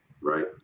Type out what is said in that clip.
Right